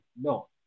No